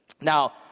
Now